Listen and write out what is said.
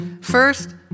First